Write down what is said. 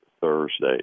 thursday